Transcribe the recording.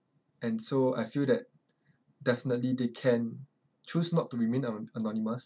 and so I feel that definitely they can choose not to remain ano~ anonymous